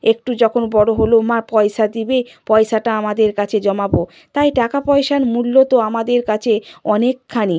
একটু যখন বড় হলো মা পয়সা দেবে পয়সাটা আমাদের কাছে জমাব তাই টাকা পয়সার মূল্য তো আমাদের কাছে অনেকখানি